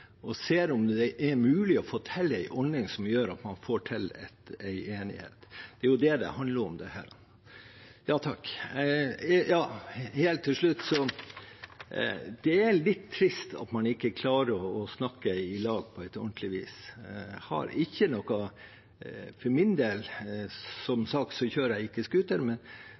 og ser om det er mulig å få til en ordning som gjør at man får til en enighet. Det er jo det det dette handler om. Helt til slutt: Det er litt trist at man ikke klarer å snakke i lag på ordentlig vis. For min del kjører jeg ikke scooter,